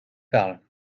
parle